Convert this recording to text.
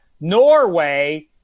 Norway